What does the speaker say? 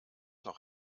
noch